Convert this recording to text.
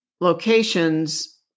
locations